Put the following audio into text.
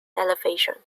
elevation